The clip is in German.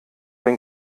den